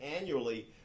annually